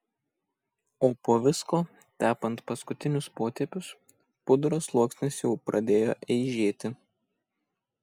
o po visko tepant paskutinius potėpius pudros sluoksnis jau pradėjo eižėti